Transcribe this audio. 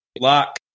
lock